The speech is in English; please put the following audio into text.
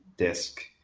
disk,